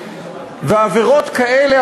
ועבירות כאלה,